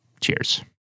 Cheers